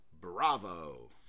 Bravo